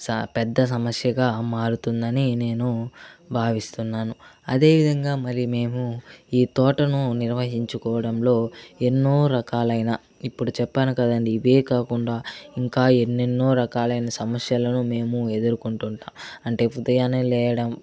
సా పెద్ద సమస్యగా మారుతుందని నేను భావిస్తున్నాను అదేవిధంగా మరి మేము ఈ తోటను నిర్వహించుకోవడంలో ఎన్నో రకాలైన ఇప్పుడు చెప్పాను కదండీ ఇదే కాకుండా ఇంకా ఎన్నెన్నో రకాలైన సమస్యలను మేము ఎదుర్కొంటూ ఉంటాము అంటే ఉదయాన్నే లేయడం